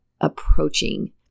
approaching